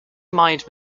mined